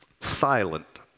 silent